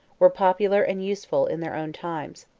were popular and useful in their own times.